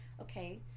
okay